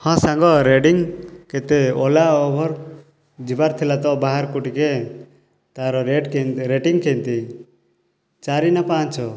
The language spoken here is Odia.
ହଁ ସାଙ୍ଗ ରେଟିଂ କେତେ ଓଲା ଉବେର୍ ଯିବାର ଥିଲା ତ ବାହାରକୁ ଟିକିଏ ତା'ର ରେଟ୍ କେମିତି ରେଟିଂ କେମିତି ଚାରି ନା ପାଞ୍ଚ